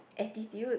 attitude